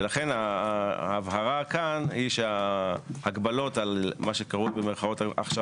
ולכן ההבהרה כאן היא שההגבלות על מה שכרוך ב"הכשרת